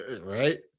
Right